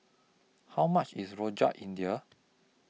How much IS Rojak India